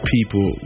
People